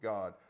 God